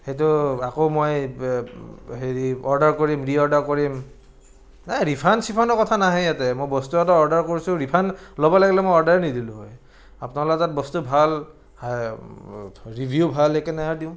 সেইটো আকৌ মই হেৰি অৰ্ডাৰ কৰিম ৰি অৰ্ডাৰ কৰিম নাই ৰিফাণ্ড চিফাণ্ডৰ কথা নাহে ইয়াতে মই বস্তু এটা অৰ্ডাৰ কৰিছোঁ ৰিফাণ্ড ল'ব লাগিলে মই অৰ্ডাৰে নিদিলোঁ হয় আপোনালোকৰ তাত বস্তু ভাল ৰিভিউ ভাল সেইকাৰণেহে আৰু দিওঁ